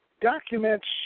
documents